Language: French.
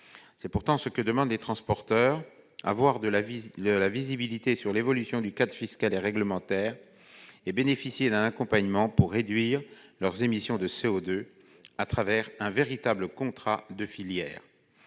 C'est pourtant ce que demandent les transporteurs :avoir de la visibilité sur l'évolution du cadre fiscal et réglementaire, et bénéficier d'un accompagnement pour réduire leurs émissions de CO2 à travers un véritable contrat de filière.